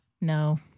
No